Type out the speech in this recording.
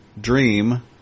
dream